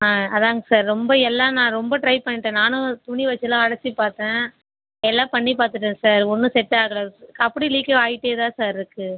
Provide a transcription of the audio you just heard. ஆ அதான்ங்க சார் ரொம்ப எல்லாம் நான் ரொம்ப ட்ரை பண்ணிட்டேன் நானும் துணி வைச்செல்லாம் அடைத்து பார்த்தேன் எல்லாம் பண்ணி பார்த்துட்டேன் சார் ஒன்றும் செட் ஆகலை அப்படியும் லீக்கு ஆகிட்டே தான் சார் இருக்குது